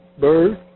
Bird